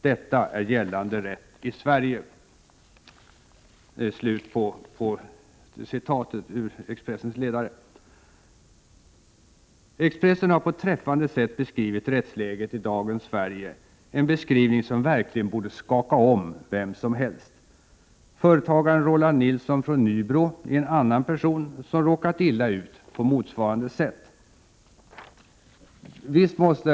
Detta är gällande rätt i Sverige!” Expressen har på ett träffande sätt beskrivit rättsläget i dagens Sverige, en beskrivning som verkligen borde skaka om vem som helst. Företagaren Roland Nilsson från Nybro är en annan person som råkat illa ut på motsvarande sätt. Herr talman!